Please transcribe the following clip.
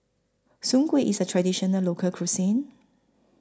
Soon Kway IS A Traditional Local Cuisine